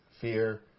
fear